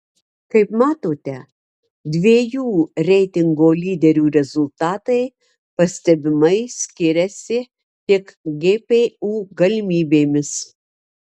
kaip matote dviejų reitingo lyderių rezultatai pastebimai skiriasi tik gpu galimybėmis